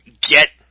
Get